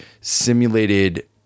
simulated